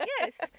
yes